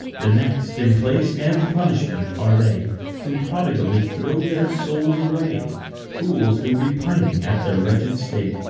the next, in place and punishment, are they who prodigally throw their souls away fools, who, repining at their wretched state,